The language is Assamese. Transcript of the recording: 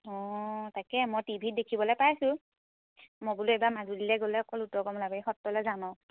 অঁ তাকে মই টি ভিত দেখিবলৈ পাইছোঁ মই বোলো এইবাৰ মাজুলীলৈ গ'লে অকল উত্তৰ কমলাবাৰী সত্ৰলৈ যাম আৰু